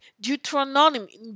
Deuteronomy